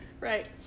Right